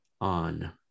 on